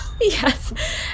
Yes